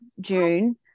June